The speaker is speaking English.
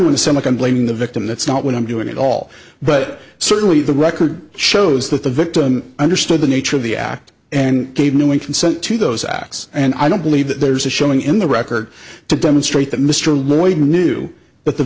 want to sound like i'm blaming the victim that's not what i'm doing at all but certainly the record shows that the victim understood the nature of the act and gave no one consent to those acts and i don't believe that there's a showing in the record to demonstrate that mr lloyd knew but the